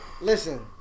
Listen